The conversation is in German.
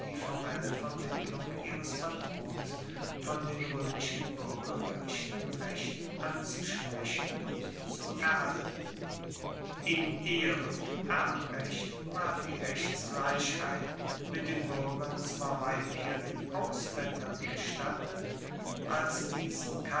formelle vermittlung ihres patrons von den roemischen buergergerichten recht anzusprechen und zu erhalten in ehe und erbrecht ward die rechtsgleichheit mit den buergern zwar weit eher den auslaendern gestattet als diesen